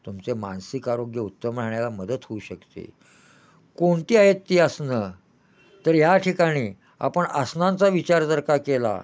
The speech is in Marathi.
तुमचे मानसिक आरोग्य उत्तम राहण्याला मदत होऊ शकते कोणती आयत्ती असणं तर या ठिकाणी आपण आसनांचा विचार जर का केला